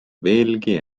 veelgi